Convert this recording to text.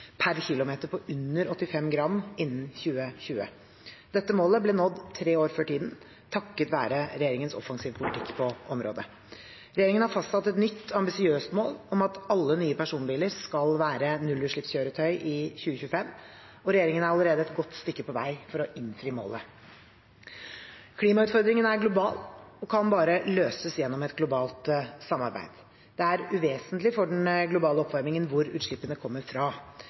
per kilometer på under 85 gram innen 2020. Dette målet ble nådd tre år før tiden, takket være regjeringens offensive politikk på området. Regjeringen har fastsatt et nytt ambisiøst mål om at alle nye personbiler skal være nullutslippskjøretøy i 2025, og regjeringen er allerede et godt stykke på vei for å innfri målet. Klimautfordringen er global og kan bare løses gjennom et globalt samarbeid. Det er uvesentlig for den globale oppvarmingen hvor utslippene kommer fra,